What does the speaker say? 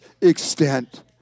extent